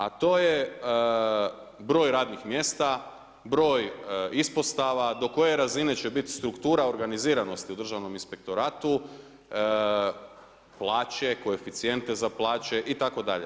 A to je broj radnih mjesta, broj ispostava, do koje razine će biti struktura organiziranosti u državnom inspektoratu, plaće, koeficijente za plaće itd.